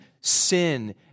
sin